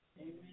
Amen